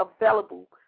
available